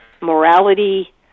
morality